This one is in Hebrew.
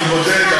אני מבודד,